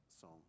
song